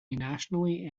nationally